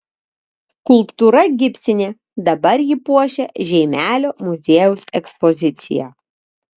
skulptūra gipsinė dabar ji puošia žeimelio muziejaus ekspoziciją